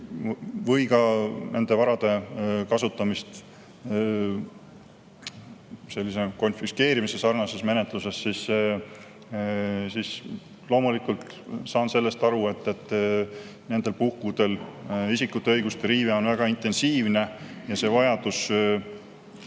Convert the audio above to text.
või ka nende varade kasutamist sellises konfiskeerimise sarnases menetluses, siis loomulikult saan sellest aru, et nendel puhkudel isikute õiguste riive on väga intensiivne ja vajadus